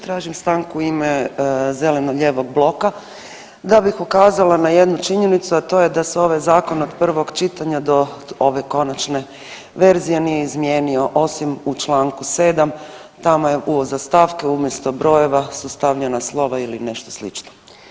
Tražim stanku u ime Zeleno-lijevog bloka da bih ukazala na jednu činjenicu, a to je da se ovaj zakon od prvog čitanja do ove konačne verzije nije izmijenio osim u čl. 7., tamo je … stavke umjesto brojeva su stavljena slojeva ili nešto slično.